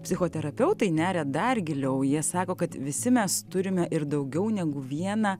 psichoterapeutai neria dar giliau jie sako kad visi mes turime ir daugiau negu vieną